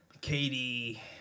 Katie